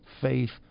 faith